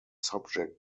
subject